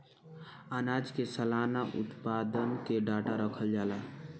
आनाज के सलाना उत्पादन के डाटा रखल जाला